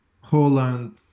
Holland